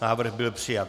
Návrh byl přijat.